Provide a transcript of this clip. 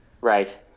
right